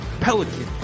Pelican